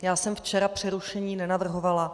Já jsem včera přerušení nenavrhovala.